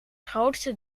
grootste